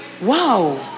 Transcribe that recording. Wow